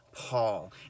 Paul